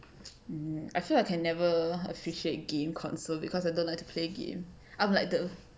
um I feel like I can never appreciate game console because I don't like to play game I'm like the